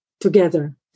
together